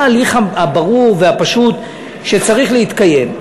מה ההליך הברור והפשוט שצריך להתקיים?